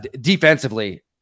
Defensively